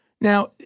Now